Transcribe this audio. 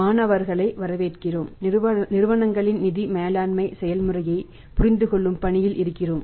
மாணவர்களை வரவேற்கிறோம் நிறுவனங்களின் நிதி மேலாண்மை செயல்முறையைப் புரிந்துகொள்ளும் பணியில் இருக்கிறோம்